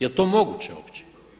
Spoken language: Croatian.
Jel to moguće uopće?